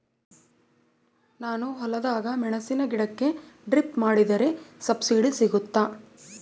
ನಾನು ಹೊಲದಾಗ ಮೆಣಸಿನ ಗಿಡಕ್ಕೆ ಡ್ರಿಪ್ ಮಾಡಿದ್ರೆ ಸಬ್ಸಿಡಿ ಸಿಗುತ್ತಾ?